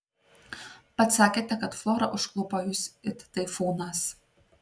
pats sakėte kad flora užklupo jus it taifūnas